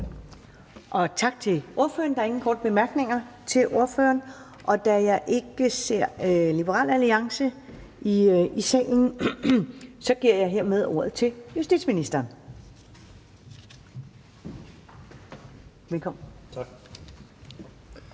Tak til ordføreren. Der er ingen korte bemærkninger til ordføreren. Da jeg ikke ser Liberal Alliance i salen, giver jeg hermed ordet til justitsministeren. Velkommen. Kl.